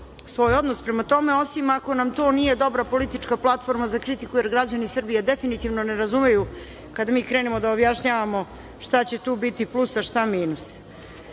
svoj odnos prema tome, osim ako nam to nije dobra politička platforma za kritiku, jer građani Srbije definitivno ne razumeju kada mi krenemo da objašnjavamo šta će tu biti plus, a šta